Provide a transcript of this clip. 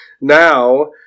Now